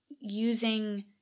using